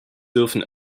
dürfen